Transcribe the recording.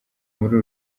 muri